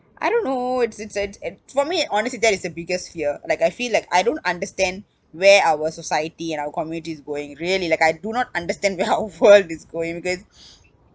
I don't know it's it's a at for me honestly that is the biggest fear like I feel like I don't understand where our society and our community is going really like I do not understand where our world is going because